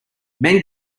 men